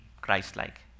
Christ-like